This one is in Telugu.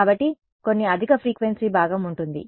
కాబట్టి కొన్ని అధిక ఫ్రీక్వెన్సీ భాగం ఉంటుంది